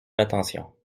attention